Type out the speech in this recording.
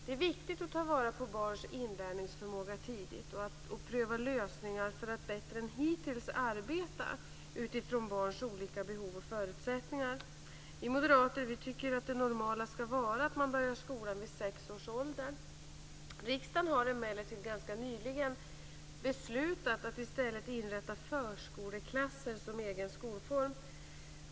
Det är viktigt att ta vara på barns inlärningsförmåga tidigt och att pröva olika lösningar för att bättre än hittills arbeta utifrån barns olika behov och förutsättningar. Vi moderater tycker att det normala skall vara att barnen börjar skolan vid sex års ålder. Riksdagen har emellertid ganska nyligen beslutat att i stället inrätta förskoleklasser som egen skolform.